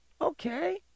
Okay